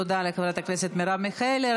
תודה לחברת הכנסת מרב מיכאלי.